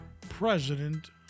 President